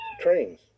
trains